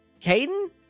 Caden